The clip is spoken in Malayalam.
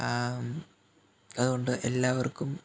അതുകൊണ്ട് എല്ലാവർക്കും